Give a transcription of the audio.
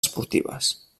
esportives